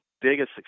biggest